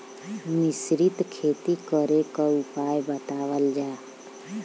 मिश्रित खेती करे क उपाय बतावल जा?